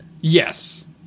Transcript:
Yes